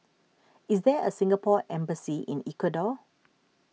is there a Singapore Embassy in Ecuador